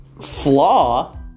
flaw